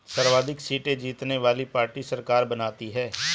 सर्वाधिक सीटें जीतने वाली पार्टी सरकार बनाती है